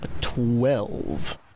Twelve